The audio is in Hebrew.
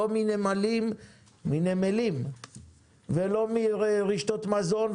לא מנמלים ולא מרשתות מזון,